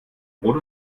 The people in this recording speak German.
brot